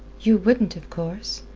you wouldn't, of course.